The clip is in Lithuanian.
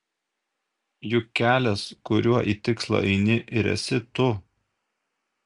juk kelias kuriuo į tikslą eini ir esi tu